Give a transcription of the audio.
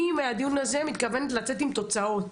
מהדיון הזה אני מתכוונת לצאת עם תוצאות.